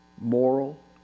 moral